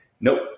nope